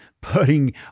putting